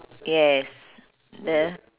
yes the